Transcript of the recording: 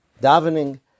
davening